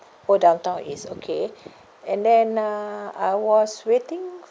oh downtown east okay and then uh I was waiting